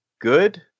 good